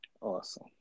Awesome